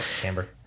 Camber